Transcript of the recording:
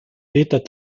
peter